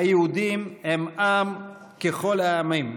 היהודים הם עם ככל העמים,